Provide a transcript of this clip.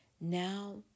Now